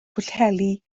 pwllheli